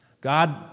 God